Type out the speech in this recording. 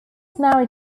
married